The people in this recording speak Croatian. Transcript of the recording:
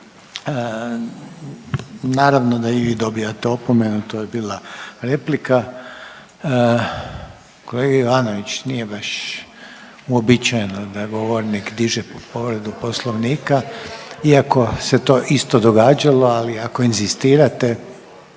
Naravno da i vi dobijate opomenu, to je bila replika. Kolega Ivanović nije baš uobičajeno da govornik diže povredu Poslovnika iako se to isto događalo. Ali ako inzistirate.